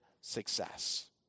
success